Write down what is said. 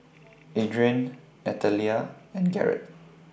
Adrain Natalia and Garrett